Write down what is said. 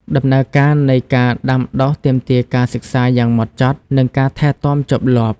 ដំណើរការនៃការដាំដុះទាមទារការសិក្សាយ៉ាងហ្មត់ចត់ និងការថែទាំជាប់លាប់។